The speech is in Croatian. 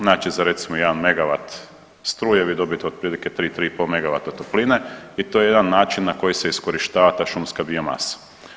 Znači za recimo jedan megavat struje vi dobije otprilike 3-3,5 megavata topline i to je jedan način na koji se iskorištava ta šumska biomasa.